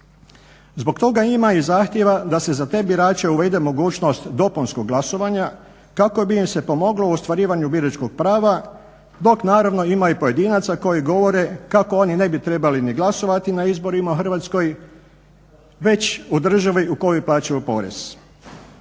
Zbog toga ima i zahtjeva da se za te birače uvede mogućnost dopunskog glasovanja kako bi im se pomoglo u ostvarivanju biračkog prava, dok naravno ima i pojedinaca koji govore kako oni ne bi trebali ni glasovati na izborim u Hrvatskoj već u državi u kojoj plaćaju porez.